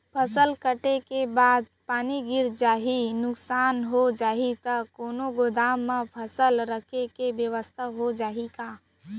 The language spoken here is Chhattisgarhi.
फसल कटे के बाद पानी गिर जाही, नुकसान हो जाही त कोनो गोदाम म फसल रखे के बेवस्था हो जाही का?